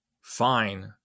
fine